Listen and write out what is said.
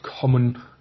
common